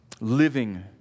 living